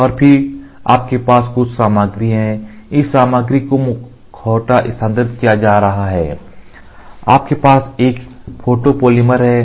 और फिर आपके पास कुछ सामग्री है इस सामग्री को मुखौटा स्थानांतरित किया जा रहा है आपके पास एक फोटोपॉलीमर है